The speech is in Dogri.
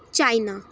चाइना